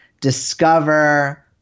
discover